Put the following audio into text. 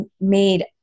made